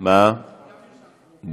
גם אני נרשמתי.